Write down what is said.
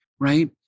right